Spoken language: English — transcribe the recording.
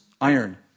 iron